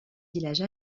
village